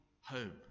Home